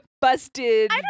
busted